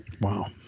Wow